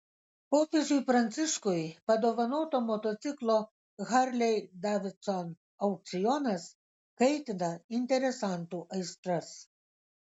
popiežiui pranciškui padovanoto motociklo harley davidson aukcionas kaitina interesantų aistras